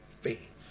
faith